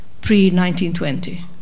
pre-1920